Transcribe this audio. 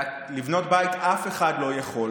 לבנות בית אף אחד לא יכול,